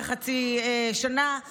אחרי חצי שנה,